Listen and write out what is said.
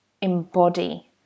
embody